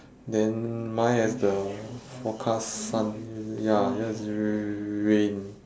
then mine has the forecast sun ya yours is rain